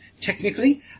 technically